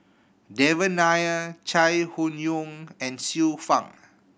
Devan Nair Chai Hon Yoong and Xiu Fang